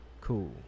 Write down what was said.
Cool